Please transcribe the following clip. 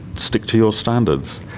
stick to your standards.